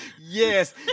Yes